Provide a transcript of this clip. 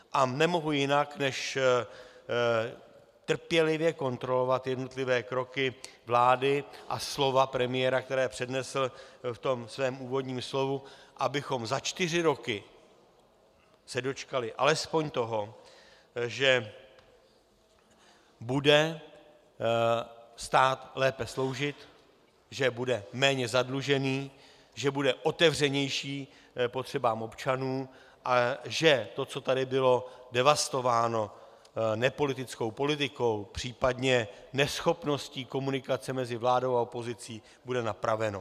A nemohu jinak, než trpělivě kontrolovat jednotlivé kroky vlády a slova premiéra, která přednesl v tom svém úvodním slovu, abychom za čtyři roky se dočkali alespoň toho, že bude stát lépe sloužit, že bude méně zadlužený, že bude otevřenější potřebám občanů a že to, co tady bylo devastováno nepolitickou politikou, případně neschopností komunikace mezi vládou a opozicí, bude napraveno.